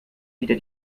wieder